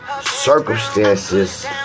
circumstances